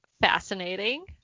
fascinating